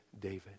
David